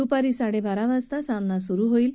दुपारी साडेबारा वाजता सामना सुरु होईल